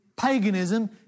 Paganism